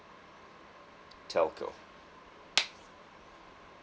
telco